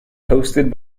hosted